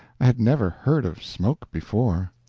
i had never heard of smoke before.